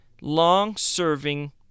long-serving